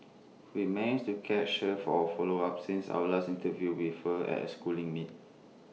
we managed to catch her for A follow up since our last interview with her at A schooling meet